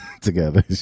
together